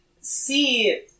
see